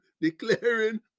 declaring